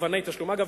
אגב,